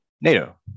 Nato